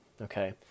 okay